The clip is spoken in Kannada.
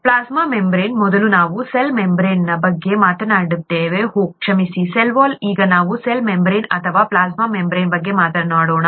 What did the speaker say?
ಪ್ಲಾಸ್ಮಾ ಮೆಂಬರೇನ್ ಮೊದಲು ನಾವು ಸೆಲ್ ಮೆಂಬರೇನ್ನ ಬಗ್ಗೆ ಮಾತನಾಡಿದ್ದೇವೆ ಓಹ್ ಕ್ಷಮಿಸಿ ಸೆಲ್ ವಾಲ್ ಈಗ ನಾವು ಸೆಲ್ ಮೆಂಬರೇನ್ ಅಥವಾ ಪ್ಲಾಸ್ಮಾ ಮೆಂಬರೇನ್ ಬಗ್ಗೆ ಮಾತನಾಡೋಣ